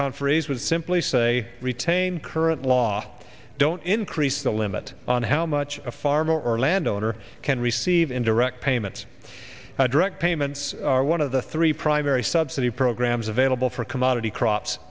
conferees would simply say retain current law don't increase the limit on how much a farmer or land owner can receive in direct payments direct payments are one of the three primary subsidy programs available for commodity crops